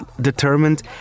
determined